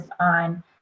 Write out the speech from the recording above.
on